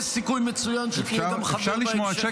יש סיכוי מצוין שתהיה חבר בממשלה גם בהמשך.